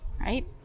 right